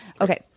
Okay